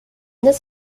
this